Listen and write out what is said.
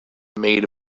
made